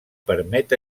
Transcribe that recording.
permet